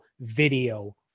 video